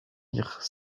lire